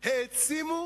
העצימו